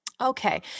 Okay